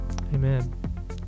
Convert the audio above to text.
Amen